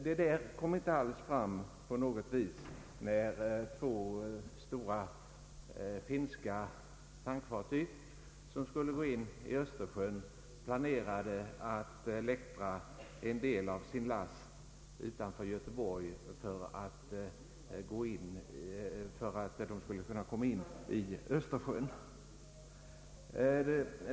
För ett par veckor sedan planerade två stora finska tankfartyg, som skulle gå in i Östersjön, att läktra en del av sin last utanför Göteborg för att kunna passera in i Östersjön.